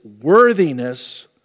worthiness